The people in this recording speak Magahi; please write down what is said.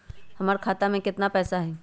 हमर खाता में केतना पैसा हई?